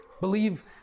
believe